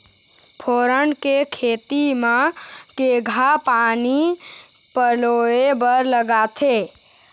फोरन के खेती म केघा पानी पलोए बर लागथे?